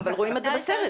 אבל רואים את זה בסרט.